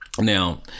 Now